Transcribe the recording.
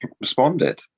responded